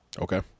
Okay